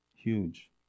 huge